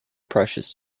precious